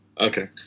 Okay